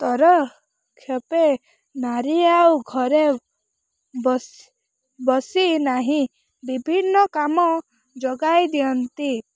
ର ଖେପେ ନାରୀ ଆଉ ଘରେ ବସି ବସି ନାହିଁ ବିଭିନ୍ନ କାମ ଯୋଗାଇ ଦିଅନ୍ତି